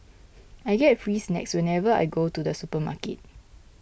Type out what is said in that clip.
I get free snacks whenever I go to the supermarket